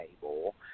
table